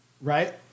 Right